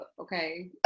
okay